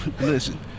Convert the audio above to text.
listen